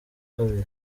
kabiri